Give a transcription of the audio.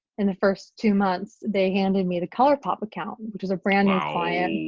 in the first two months they handed me the colourpop account which is a brand new client.